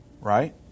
right